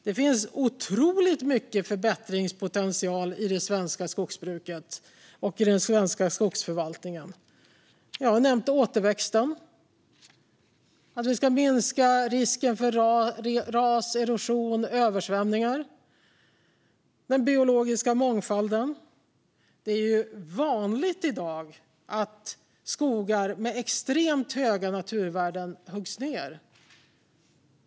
Det finns otroligt mycket förbättringspotential i det svenska skogsbruket och den svenska skogsförvaltningen. Jag har nämnt återväxten och att vi ska minska risken för ras, erosion och översvämningar. Jag har nämnt den biologiska mångfalden. Det är i dag vanligt att skogar med extremt höga naturvärden huggs ned.